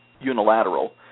unilateral